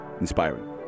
Inspiring